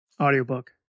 Audiobook